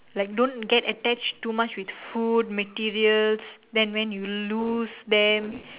like don't get attached too much with food materials then when you lose then